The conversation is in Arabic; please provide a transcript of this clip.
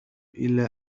إلى